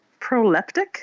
proleptic